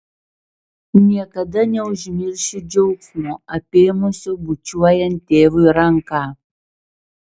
niekada neužmiršiu džiaugsmo apėmusio bučiuojant tėvui ranką